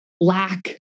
lack